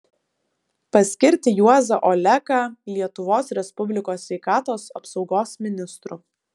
paskirti juozą oleką lietuvos respublikos sveikatos apsaugos ministru